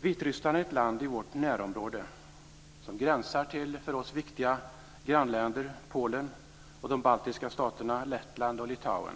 Vitryssland är ett land i vårt närområde som gränsar till för oss viktiga grannländer som Polen och de baltiska staterna Lettland och Litauen.